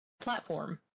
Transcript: platform